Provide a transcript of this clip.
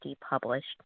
published